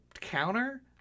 counter